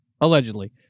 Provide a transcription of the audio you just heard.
allegedly